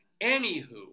Anywho